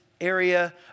area